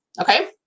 Okay